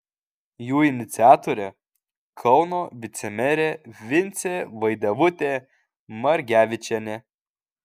jų iniciatorė kauno vicemerė vincė vaidevutė margevičienė